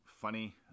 Funny